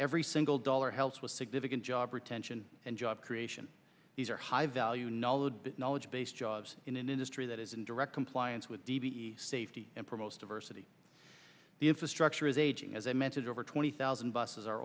every single dollar helps with significant job retention and job creation these are high value knowledge that knowledge base jobs in an industry that is in direct compliance with d v e safety and promotes diversity the infrastructure is aging as a method over twenty thousand buses are